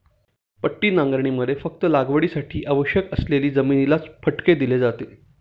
पट्टी नांगरणीमध्ये फक्त लागवडीसाठी आवश्यक असलेली जमिनीलाच फटके दिले जाते